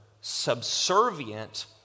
subservient